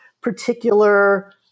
particular